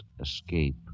escape